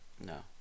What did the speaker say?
No